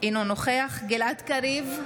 אינו נוכח גלעד קריב,